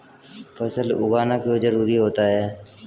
फसल उगाना क्यों जरूरी होता है?